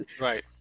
Right